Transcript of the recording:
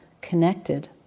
connected